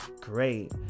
great